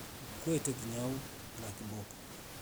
Kwete makite kwete kinyau na kiboko.